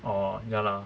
orh ya lah